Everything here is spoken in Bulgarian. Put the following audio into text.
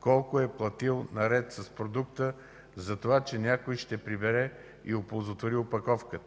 колко е платил, наред с продукта, за това, че някой ще прибере и оползотвори опаковката.